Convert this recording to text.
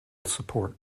support